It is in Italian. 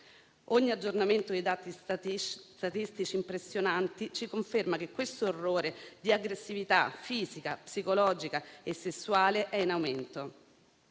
Ogni aggiornamento dei dati statistici, impressionanti, ci conferma che questo orrore di aggressività fisica, psicologica e sessuale è in aumento,